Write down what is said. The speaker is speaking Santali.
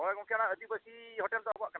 ᱦᱳᱭ ᱜᱚᱢᱠᱮ ᱚᱱᱟ ᱟᱹᱫᱤᱵᱟᱹᱥᱤ ᱦᱳᱴᱮᱞ ᱫᱚ ᱟᱵᱚᱣᱟᱜ ᱠᱟᱱᱟ